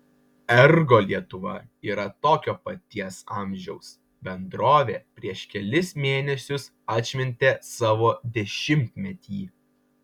ergo lietuva yra tokio paties amžiaus bendrovė prieš kelis mėnesius atšventė savo dešimtmetį